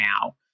now